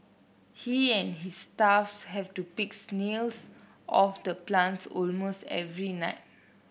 he and his staff have to picks off the plants almost every night